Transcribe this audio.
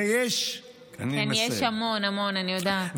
ויש, כן, יש המון, המון, אני יודעת.